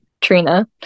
Trina